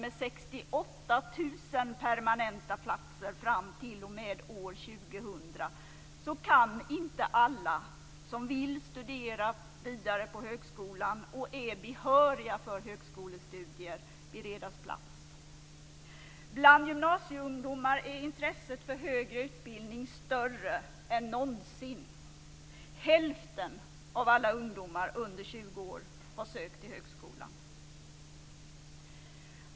Det är 68 000 permanenta platser fram t.o.m. år 2000 kan inte alla som vill studera vidare på högskolan och är behöriga för högskolestudier beredas plats. Bland gymnasieungdomar är intresset för högre utbildning större än någonsin. Hälften av alla ungdomar under 20 år har sökt till högskolan.